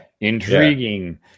Intriguing